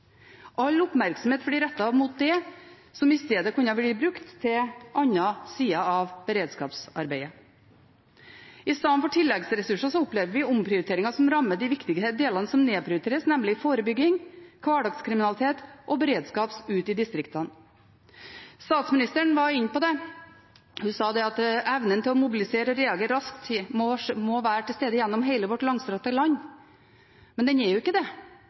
All oppmerksomhet blir rettet mot det som i stedet kunne vært brukt til andre sider av beredskapsarbeidet. I stedet for tilleggsressurser opplever vi omprioriteringer som rammer de viktige delene, som nedprioriteres, nemlig forebygging, hverdagskriminalitet og beredskap ute i distriktene. Statsministeren var inne på det. Hun sa at evnen til å mobilisere og reagere raskt må være til stede gjennom hele vårt langstrakte land. Men den er jo ikke det,